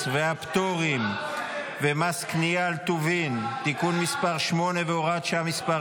והפטורים ומס קנייה על טובין (תיקון מס' 8 והוראת שעה מס'